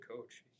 coach